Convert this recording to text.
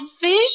fish